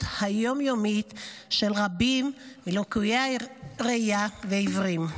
היום-יומית של רבים מלקויי הראייה ומהעיוורים.